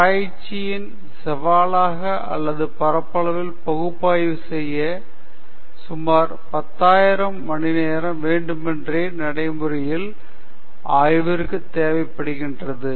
ஆராய்ச்சியின் சவாலாக அல்லது பரப்பளவில் பகுப்பாய்வு செய்ய சுமார் 10000 மணிநேர வேண்டுமென்றே நடைமுறையில் ஆய்விற்குத் தேவைப்படுகிறது